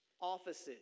offices